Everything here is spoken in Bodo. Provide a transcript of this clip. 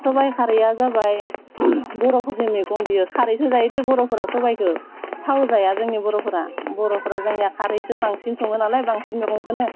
सबाइ खारैआ जाबाय बर'फोरनि मैगं बियो खारैसो जायो दे बर'फोरा सबाइखो थाव जाया जोंनि बर'फोरा बर'फोरा जोंनिया खारैसो बांसिन सङो नालाय बांसिन मैगंखौनो